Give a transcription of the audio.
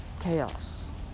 chaos